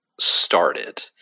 started